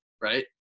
right